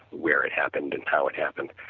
where it happened and how it happened.